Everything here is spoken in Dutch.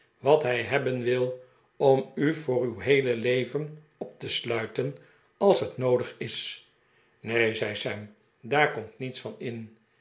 wat hij hebben wil om u voor uw heele leven op te sluiten als het noodig is neen zei sam daar komt niets van in